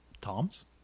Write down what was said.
Tom's